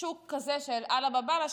שוק כזה של עלא באב אללה,